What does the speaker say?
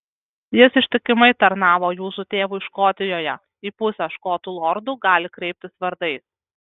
jis ištikimai tarnavo jūsų tėvui škotijoje į pusę škotų lordų gali kreiptis vardais